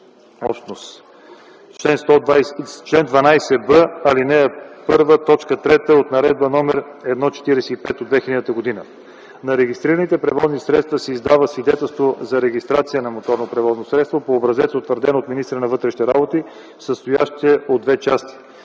общност, чл. 12б, ал. 1, т. 3 от Наредба № 1-45 от 2000 г. На регистрираните превозни средства се издава свидетелство за регистрация на моторното превозно средство по образец, утвърден от министъра на вътрешните работи, състоящ се от две части,